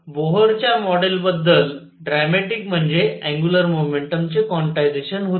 तर बोहरच्या मॉडेलबद्दल ड्रॅमॅटिक म्हणजे अंगुलर मोमेंटमचे क्वांटायझेशन होते